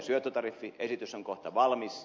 esitys on kohta valmis